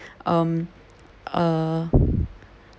um uh